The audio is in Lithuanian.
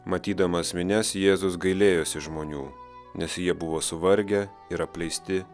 matydamas minias jėzus gailėjosi žmonių nes jie buvo suvargę ir apleisti